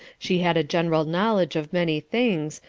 she had a general knowledge of many things,